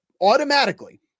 automatically